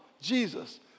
Jesus